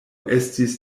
estis